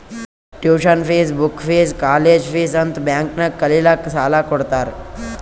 tuition fees, book fees, college fees ಅಂತ್ bank ನಾಗ್ ಕಲಿಲ್ಲಾಕ್ಕ್ ಸಾಲಾ ಕೊಡ್ತಾರ್